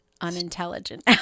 unintelligent